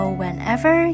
whenever